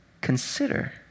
consider